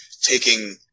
taking